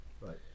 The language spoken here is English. right